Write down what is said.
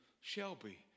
Shelby